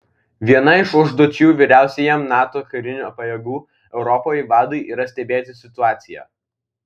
viena iš užduočių vyriausiajam nato karinių pajėgų europoje vadui yra stebėti situaciją